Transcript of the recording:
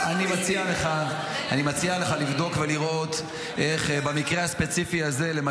אני מציע לך לבדוק ולראות איך במקרה הספציפי הזה -- אני מציע לכם.